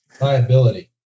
Liability